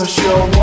show